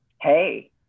Hey